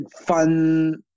fun